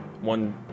One